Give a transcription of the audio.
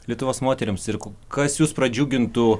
lietuvos moterims irklų kas jus pradžiugintų